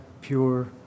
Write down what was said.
pure